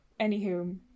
anywho